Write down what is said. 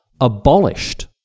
abolished